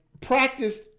practice